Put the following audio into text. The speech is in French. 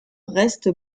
reste